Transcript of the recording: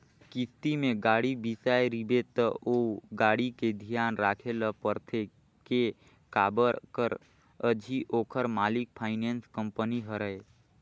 किस्ती में गाड़ी बिसाए रिबे त ओ गाड़ी के धियान राखे ल परथे के काबर कर अझी ओखर मालिक फाइनेंस कंपनी हरय